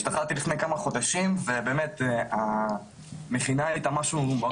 השתחררתי לפני כמה חודשים ובאמת המכינה הייתה משהו עבורי.